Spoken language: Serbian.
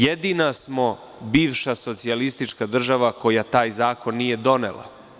Jedina smo bivša socijalistička država koja taj zakon nije donela.